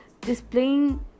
displaying